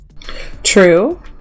True